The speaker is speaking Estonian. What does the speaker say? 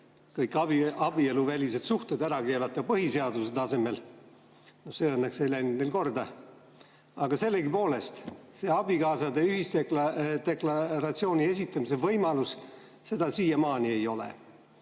kõik abieluvälised suhted ära keelata põhiseaduse tasemel. See õnneks ei läinud korda. Aga sellegipoolest abikaasade ühisdeklaratsiooni esitamise võimalust siiamaani ei ole